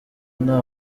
nta